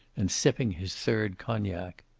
and sipping his third cognac.